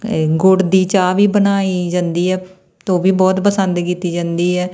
ਗੁੜ ਦੀ ਚਾਹ ਵੀ ਬਣਾਈ ਜਾਂਦੀ ਆ ਅਤੇ ਉਹ ਵੀ ਬਹੁਤ ਪਸੰਦ ਕੀਤੀ ਜਾਂਦੀ ਹੈ